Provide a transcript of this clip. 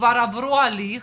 כבר עברו הליך